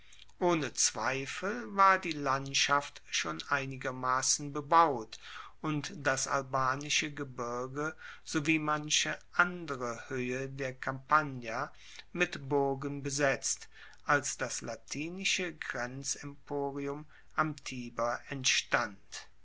ohne zweifel war die landschaft schon einigermassen bebaut und das albanische gebirge sowie manche andere hoehe der campagna mit burgen besetzt als das latinische grenzemporium am tiber entstand